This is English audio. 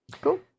Cool